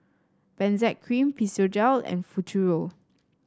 Benzac Cream Physiogel and Futuro